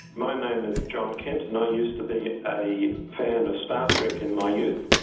my name is john kent and i used to be a fan of star trek in my youth.